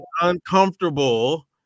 Uncomfortable